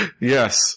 Yes